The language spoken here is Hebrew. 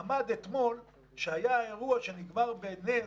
ממ"ד, אתמול שהיה אירוע שנגמר בנס,